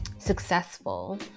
successful